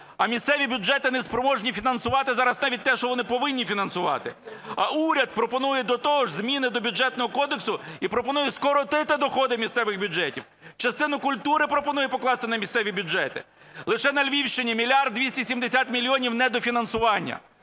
А місцеві бюджети неспроможні фінансувати зараз навіть те, що вони повинні фінансувати. А уряд пропонує до того ж зміни до Бюджетного кодексу і пропонує скоротити доходи місцевих бюджетів, частину культури пропонує покласти на місцеві бюджети. Лише на Львівщині 1 мільярд 270 мільйонів недофінансування.